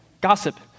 Gossip